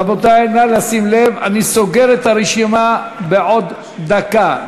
רבותי, נא לשים לב, אני סוגר את הרשימה בעוד דקה.